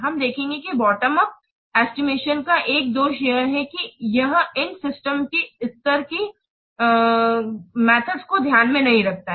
हम देखेंगे कि बॉटम उप एस्टिमेशन का एक दोष यह है कि यह इन सिस्टम स्तर की गति मेथड को ध्यान में नहीं रखता है